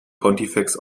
pontifex